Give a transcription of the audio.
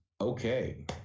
Okay